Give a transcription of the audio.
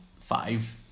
five